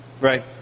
Right